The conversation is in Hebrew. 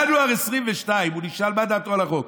בינואר 2022 הוא נשאל מה דעתו על החוק.